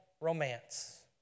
romance